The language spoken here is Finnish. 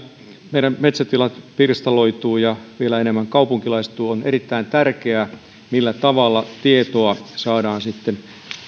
meidän metsätilamme pirstaloituvat ja vielä enemmän kaupunkilaistuvat on erittäin tärkeää millä tavalla tietoa saadaan sitten